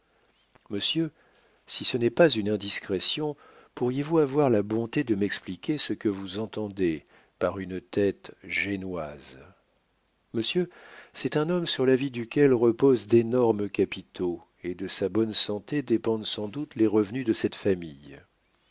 monsieur si ce n'est pas une indiscrétion pourriez-vous avoir la bonté de m'expliquer ce que vous entendez par une tête génoise monsieur c'est un homme sur la vie duquel reposent d'énormes capitaux et de sa bonne santé dépendent sans doute les revenus de cette famille